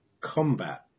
combat